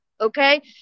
okay